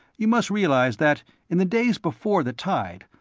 you must realize that in the days before the tide,